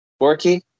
Borky